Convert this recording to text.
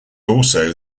also